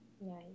Nice